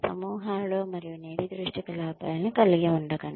సమూహాలలో మరియు నీలి దృష్టిగల అబ్బాయిలను కలిగి ఉండకండి